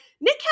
Nick